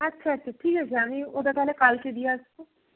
আচ্ছা আচ্ছা ঠিক আছে আমি ওটা তাহলে কালকে দিয়ে আসবো